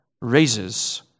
raises